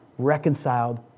reconciled